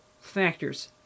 factors